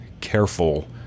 careful